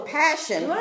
passion